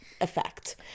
effect